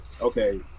okay